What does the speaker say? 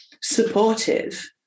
supportive